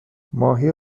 ماهی